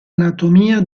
anatomia